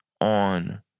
on